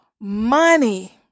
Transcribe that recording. money